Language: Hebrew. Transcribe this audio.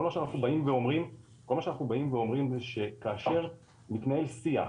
כל מה שאנחנו באים ואומרים זה שכאשר מתנהל שיח,